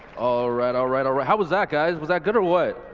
alright alright alright. how was that guys? was that good or what?